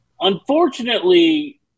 Unfortunately